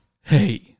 Hey